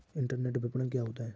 Internet विपणन क्या होता है?